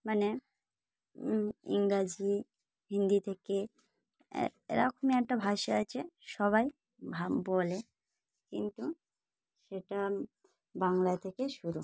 মানে ইংরাজি হিন্দি থেকে এরকমই একটা ভাষা আছে সবাই ভা বলে কিন্তু সেটা বাংলা থেকে শুরু